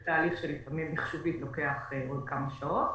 זה תהליך שלפעמים מחשובית לוקח עוד כמה שעות.